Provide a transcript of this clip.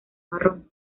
marrón